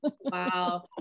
wow